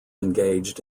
engaged